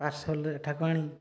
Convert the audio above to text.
ପାର୍ସଲ୍ରେ ଏଠାକୁ ଆଣି